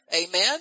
Amen